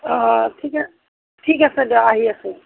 অঁ ঠিকে ঠিক আছে দিয়ক আহি আছোঁ